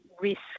risk